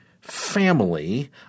family